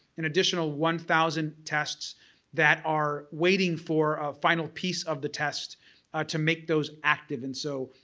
an additional one thousand tests that are waiting for a final piece of the test to make those active. and so,